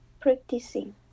practicing